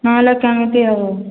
ନ ହେଲେ କେମିତି ହେବ